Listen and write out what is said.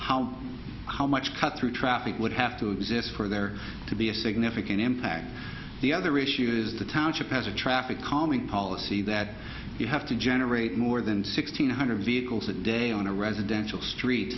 how how much cut through traffic would have to exist for there to be a significant impact the other issue is the township has a traffic calming policy that you have to generate more than six hundred vehicles a day on a residential street